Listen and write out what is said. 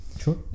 sure